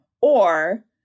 Or-